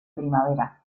primavera